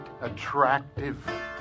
attractive